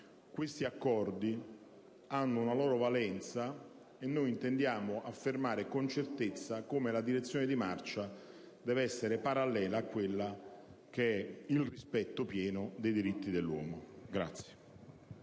questi accordi hanno una loro valenza e noi intendiamo affermare con certezza come la direzione di marcia debba essere parallela a quella del rispetto pieno dei diritti dell'uomo.